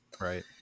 right